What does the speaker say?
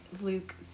luke